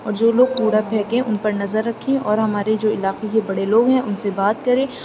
اور جو لوگ کوڑا پھینکیں ان پر نظر رکھیں اور ہمارے جو علاقے کے بڑے لوگ ہیں ان سے بات کریں